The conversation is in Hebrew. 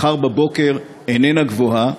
מחר בבוקר איננה גבוהה,